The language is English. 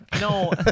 No